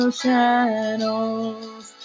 shadows